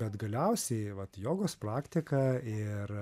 bet galiausiai vat jogos praktika ir